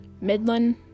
midland